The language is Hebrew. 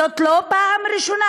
שעות על גבי שעות.